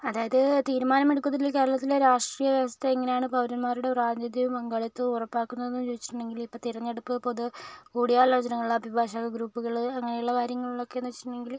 അതായത് തീരുമാനമെടുക്കുന്നതില് കേരളത്തിലെ രാഷ്ട്രീയ വ്യവസ്ഥ എങ്ങനെയാണ് പൗരന്മാരുടെ പ്രാതിനിധ്യവും പങ്കാളിത്തവും ഉറപ്പാക്കുന്നതെന്ന് ചോദിച്ചിട്ടുണ്ടെങ്കില് ഇപ്പം തെരഞ്ഞെടുപ്പ് പൊതു കൂടിയാലോചനകള് അഭിഭാഷക ഗ്രൂപ്പുകള് അങ്ങനെയുള്ള കാര്യങ്ങളിലൊക്കെന്ന് വച്ചിട്ടുണ്ടെങ്കില്